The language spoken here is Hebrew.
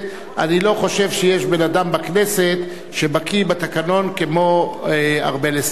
אני לא חושב שיש בן-אדם בכנסת שבקי בתקנון כמו ארבל אסטרחן,